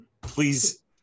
Please